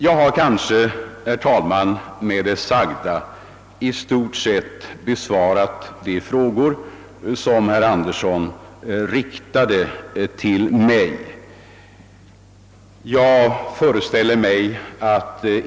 Jag har väl, herr talman, med det sagda i stort sett besvarat de frågor som herr Andersson i Storfors ställde till mig.